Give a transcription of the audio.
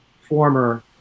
former